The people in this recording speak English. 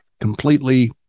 completely